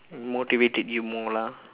motivated you more lah